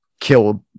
killed